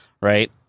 right